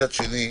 מצד שני,